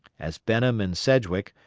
as benham and sedgwick,